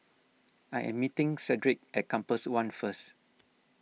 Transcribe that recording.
I am meeting Cedric at Compass one first